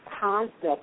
concept